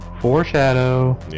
foreshadow